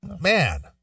Man